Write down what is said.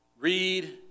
Read